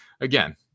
again